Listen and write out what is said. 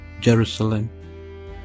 Jerusalem